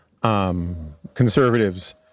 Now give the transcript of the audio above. conservatives